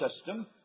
system